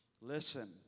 Listen